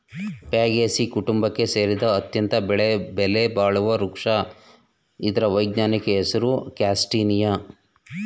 Fagaceae ಕುಟುಂಬಕ್ಕೆ ಸೇರಿದ ಅತ್ಯಂತ ಬೆಲೆಬಾಳುವ ವೃಕ್ಷ ಇದ್ರ ವೈಜ್ಞಾನಿಕ ಹೆಸರು ಕ್ಯಾಸ್ಟಾನಿಯ